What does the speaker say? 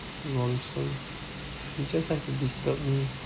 nonsense you just like to disturb me